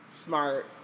smart